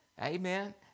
Amen